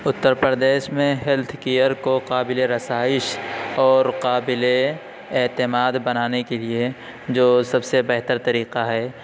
اتر پردیش میں health care کو قابل رسائش اور قابل اعتماد بنانے کے لیے جو سب سے بہتر طریقہ ہے